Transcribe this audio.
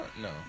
No